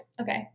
Okay